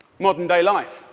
modern-day life.